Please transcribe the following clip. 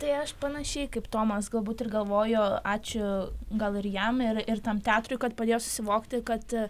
tai aš panašiai kaip tomas galbūt ir galvoju ačiū gal ir jam yra ir ir tam teatrui kad padėjo susivokti kad